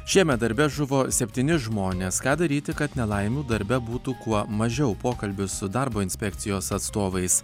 šiemet darbe žuvo septyni žmonės ką daryti kad nelaimių darbe būtų kuo mažiau pokalbis su darbo inspekcijos atstovais